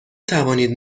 توانید